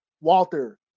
Walter